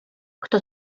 kto